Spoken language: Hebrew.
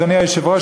אדוני היושב-ראש,